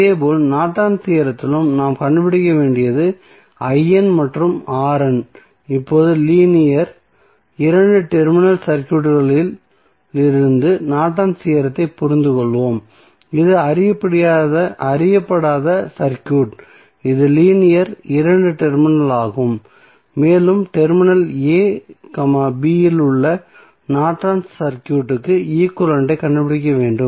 இதேபோல் நார்டன்ஸ் தியோரத்திலும் நாம் கண்டுபிடிக்க வேண்டியது மற்றும் இப்போது லீனியர் இரண்டு டெர்மினல் சர்க்யூட்களிலிருந்து நார்டன்ஸ் தியோரத்தைப் புரிந்துகொள்வோம் இது அறியப்படாத சர்க்யூட் இது லீனியர் இரண்டு டெர்மினல் ஆகும் மேலும் டெர்மினல் a b இல் உள்ள நார்டன்ஸ் சர்க்யூட்க்கு ஈக்வலன்ட் ஐக் கண்டுபிடிக்க வேண்டும்